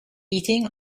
eating